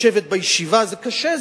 לשבת בישיבה זה קשה,